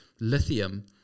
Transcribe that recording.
lithium